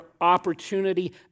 opportunity